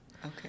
Okay